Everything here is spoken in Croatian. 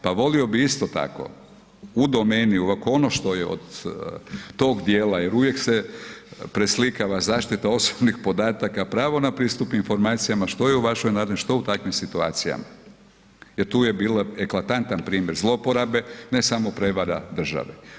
Pa volio bi isto tako u domeni onog što je tog dijela jer uvijek se preslikava zaštita osobnih podataka, pravo na pristup informacijama, što je u vašoj nadležnosti, što u takvim situacijama, jer tu je bio eklatantan primjer zlouporabe ne samo prevara države.